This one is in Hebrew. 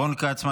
רון כץ,